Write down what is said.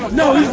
no